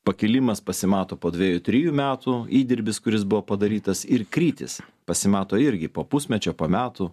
pakilimas pasimato po dvejų trijų metų įdirbis kuris buvo padarytas ir krytis pasimato irgi po pusmečio po metų